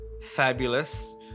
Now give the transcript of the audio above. fabulous